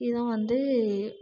இதுதான் வந்து